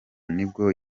nibwo